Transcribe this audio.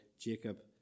Jacob